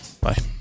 Bye